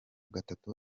gatatu